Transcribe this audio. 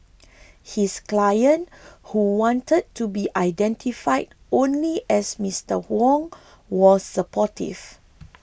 his client who wanted to be identified only as Mister Wong was supportive